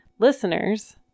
listeners